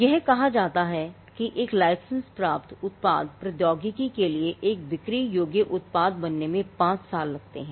यह कहा जाता है कि एक लाइसेंस प्राप्त उत्पाद प्रौद्योगिकी के लिए एक बिक्री योग्य उत्पाद बनने में 5 साल लगते हैं